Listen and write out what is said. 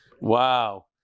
Wow